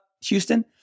Houston